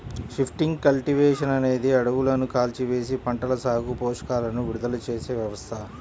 shifting cultivation అనేది అడవులను కాల్చివేసి, పంటల సాగుకు పోషకాలను విడుదల చేసే వ్యవస్థ